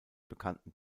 bekannten